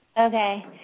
Okay